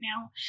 now